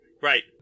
Right